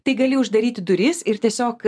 tai gali uždaryti duris ir tiesiog